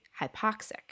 hypoxic